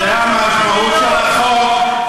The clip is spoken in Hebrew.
זו המשמעות של החוק.